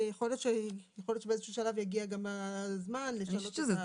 ויכול להיות שבאיזה שהוא שלב יגיע גם הזמן לשנות את השם.